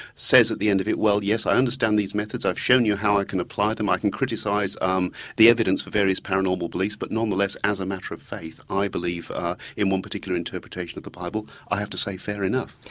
says at the end of it well yes, i understand these methods, i've shown you how i can apply them, i can criticise um the evidence for various paranormal beliefs but nonetheless as a matter of faith i believe in one particular interpretation of the bible. i have to say, fair enough.